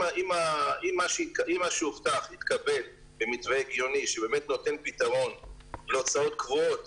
אם מה שהובטח יתקבל במתווה הגיוני שבאמת נותן פתרון להוצאות קבועות